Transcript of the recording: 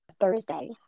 Thursday